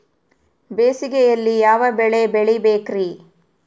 ಬೇಸಿಗೆಯಲ್ಲಿ ಯಾವ ಬೆಳೆ ಬೆಳಿಬೇಕ್ರಿ?